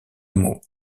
mots